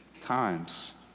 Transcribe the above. times